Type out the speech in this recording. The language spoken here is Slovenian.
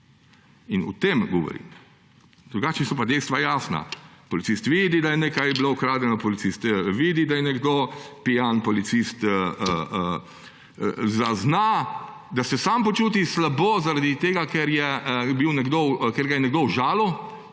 In o tem govorim. Drugače so pa dejstva jasna. Policisti vidi, da je nekaj bilo ukradeno, policist vidi, da je nekdo pijan, policist zazna, da se sam počuti slabo zaradi tega, ker ga je nekdo užalil;